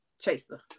chaser